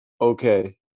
Okay